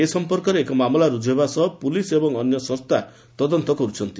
ଏ ସଂପର୍କରେ ଏକ ମାମଲା ରୁକ୍କୁ ହେବା ସହ ପୁଲିସ୍ ଏବଂ ଅନ୍ୟ ସଂସ୍ଥା ତଦନ୍ତ କରୁଛି